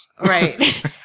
Right